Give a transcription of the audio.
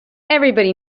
everybody